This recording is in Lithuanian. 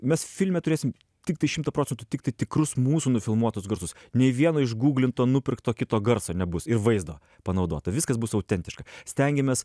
mes filme turėsim tiktai šimtą procentų tiktai tikrus mūsų nufilmuotus garsus nei vieno išguglinto nupirkto kito garso nebus ir vaizdo panaudota viskas bus autentiška stengiamės